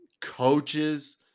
coaches